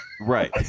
right